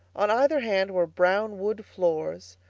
on either hand were brown wood floors,